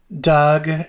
Doug